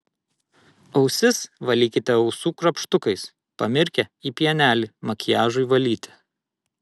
ausis valykite ausų krapštukais pamirkę į pienelį makiažui valyti